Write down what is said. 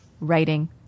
writing